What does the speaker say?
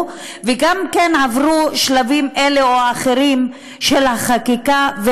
וגם כן עברו שלבים אלה או אחרים של החקיקה,